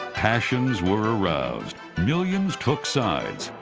passions were aroused. millions took sides.